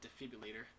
defibrillator